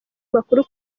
makuru